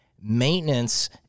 maintenance